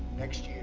next year.